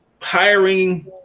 hiring